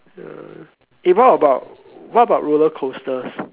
uh eh what about what about roller coasters